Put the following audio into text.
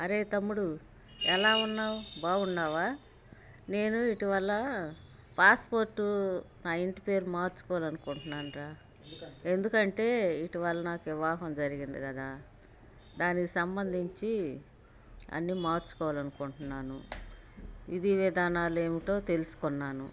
అరే తమ్ముడు ఎలా ఉన్నావు బాగున్నావా నేను ఇటీవల్ల పాస్పోర్ట్ మా ఇంటిపేరు మార్చుకోవాలి అనుకుంటున్నాను రా ఎందుకంటే ఇటీవల్ నాకు వివాహం జరిగినది కదా దానికి సంబంధించి అన్ని మార్చుకోవాలి అనుకుంటున్నాను వీధి విధానాలు ఏమిటో తెలుసుకున్నాను